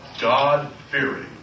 God-fearing